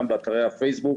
גם באתרי הפייסבוק,